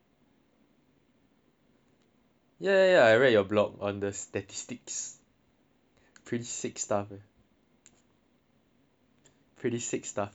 ya ya ya I read your blog on the statistics pretty sick stuff eh pretty sick stuff pretty sick stuff